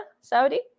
Saudi